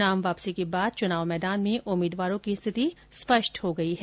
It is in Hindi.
नाम वापसी के बाद चुनाव मैदान में उम्मीदवारों की स्थिति स्पष्ट हो गई है